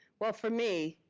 well, for me,